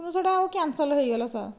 ତେଣୁ ସେହିଟା ଆଉ କ୍ୟାନସଲ ହୋଇଗଲା ସାର୍